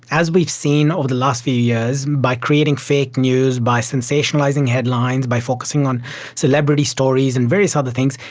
as we've seen over the last few years, by creating fake news, by sensationalising headlines, by focusing on celebrity stories and various other things,